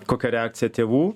kokia reakcija tėvų